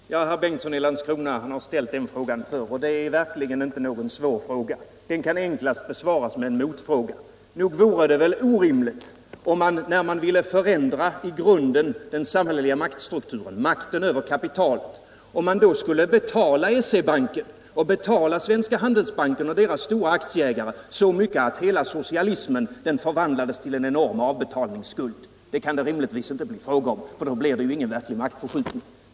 Herr talman! Herr Bengtsson i Landskrona har ställt den frågan förr, och den är verkligen inte svår att besvara. Den kan enklast besvaras med en motfråga. Nog vore det väl orimligt om man vid en ändring i grunden av den samhälleliga maktstrukturen, av makten över kapitalet, skulle betala SE-Banken, Svenska Handelsbanken och deras stora aktieägare så mycket att hela socialismen förvandlades till en enorm avbetalningsskuld? Något sådant kan det rimligtvis inte bli fråga om, eftersom det då inte blir någon verklig maktförskjutning.